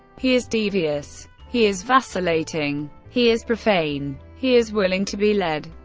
he is devious. he is vacillating. he is profane. he is willing to be led.